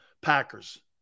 Packers